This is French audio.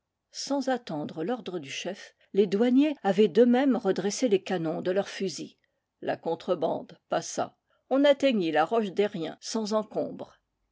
sans attendre l'ordre du chef les douaniers avaient d'eux-mêmes redressé les canons de leurs fusils la contrebande passa on atteignit la rochederrien sans encombre